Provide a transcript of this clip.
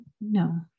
no